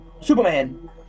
Superman